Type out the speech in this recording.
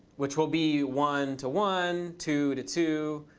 which will be one to one, two to two,